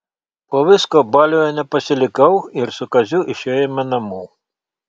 po visko baliuje nepasilikau ir su kaziu išėjome namo